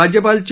राज्यपाल चे